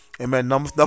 amen